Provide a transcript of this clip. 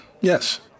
Yes